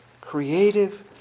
creative